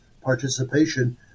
participation